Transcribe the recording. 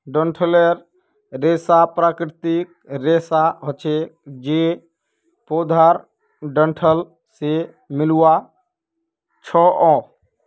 डंठलेर रेशा प्राकृतिक रेशा हछे जे पौधार डंठल से मिल्आ छअ